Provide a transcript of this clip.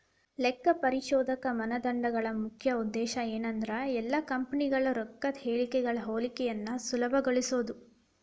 ಲೆಕ್ಕಪರಿಶೋಧಕ ಮಾನದಂಡಗಳ ಮುಖ್ಯ ಉದ್ದೇಶ ಏನಂದ್ರ ಎಲ್ಲಾ ಕಂಪನಿಗಳ ರೊಕ್ಕದ್ ಹೇಳಿಕೆಗಳ ಹೋಲಿಕೆಯನ್ನ ಸುಲಭಗೊಳಿಸೊದು